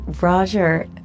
Roger